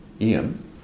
Ian